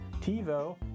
TiVo